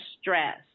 stress